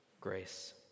grace